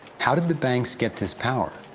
how did the banks get this power?